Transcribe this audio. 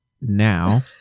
now